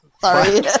Sorry